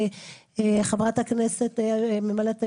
חברת הכנסת, גברתי היושבת-ראש,